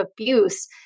abuse